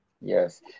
Yes